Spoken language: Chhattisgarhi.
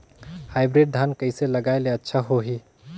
हाईब्रिड धान कइसे लगाय ले अच्छा होही?